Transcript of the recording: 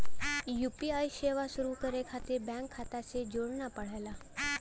UPI सेवा शुरू करे खातिर बैंक खाता से जोड़ना पड़ला